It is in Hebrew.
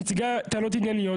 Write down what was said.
שמציגה טענות ענייניות,